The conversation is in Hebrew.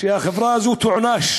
שהחברה הזו תוענש